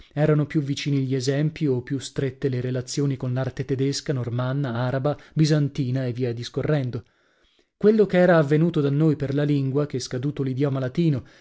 erano più vicini gli esempi o più strette le relazioni con l'arte tedesca normanna araba bisantina e via discorrendo quello che era avvenuto da noi per la lingua che scaduto l'idioma latino